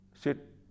sit